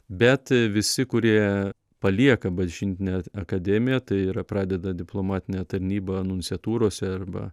bet visi kurie palieka bažnytinę akadėmiją tai yra pradeda diplomatinę tarnybą nunciatūrose arba